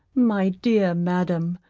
my dear madam,